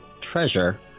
treasure